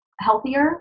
healthier